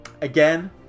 Again